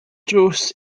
drws